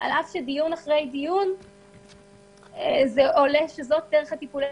על אף שדיון אחרי דיון עולה שזו דרך הטיפול היחידה.